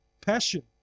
passion